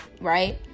right